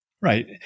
Right